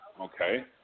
okay